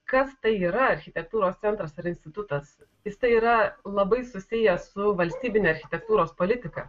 kas tai yra architektūros centras ar institutas jisai yra labai susiję su valstybine architektūros politika